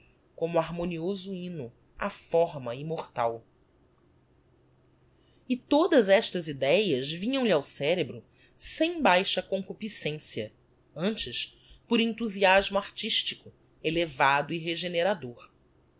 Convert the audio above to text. como harmonioso hymno á forma immortal e todas estas idéas vinham-lhe ao cerebro sem baixa concupiscencia antes por enthusiasmo artistico elevado e regenerador